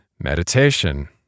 meditation